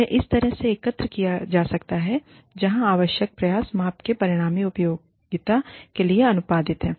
उन्हें इस तरह से एकत्र किया जा सकता है जहां आवश्यक प्रयास माप के परिणामी उपयोगिता के लिए आनुपातिक है